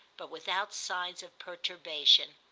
but without signs of perturbation.